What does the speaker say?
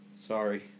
sorry